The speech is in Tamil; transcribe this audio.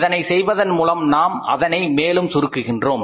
இதனை செய்வதன் மூலம் நாம் அதனை மேலும் சுருக்குகின்றோம்